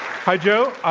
hi, joe.